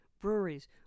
breweries